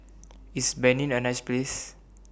IS Benin A nice Place